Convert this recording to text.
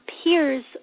appears